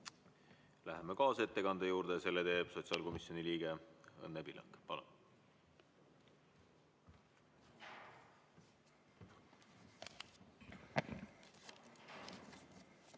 Läheme kaasettekande juurde, selle teeb sotsiaalkomisjoni liige Õnne Pillak. Palun!